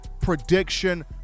prediction